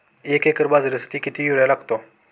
एक एकर बाजरीसाठी किती युरिया लागतो?